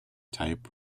type